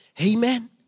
Amen